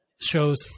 shows